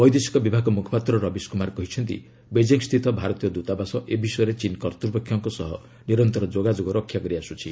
ବୈଦେଶିକ ବିଭାଗ ମୁଖପାତ୍ର ରବିଶ୍ କୁମାର କହିଛନ୍ତି ବେଜିଂସ୍ଥିତ ଭାରତୀୟ ଦୂତାବାସ ଏ ବିଷୟରେ ଚୀନ୍ କର୍ତ୍ତୃପକ୍ଷଙ୍କ ସହ ନିରନ୍ତର ଯୋଗାଯୋଗ ରକ୍ଷା କରିଆସୁଛି